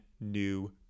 new